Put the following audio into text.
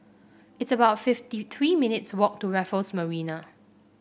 it's about fifty three minutes' walk to Raffles Marina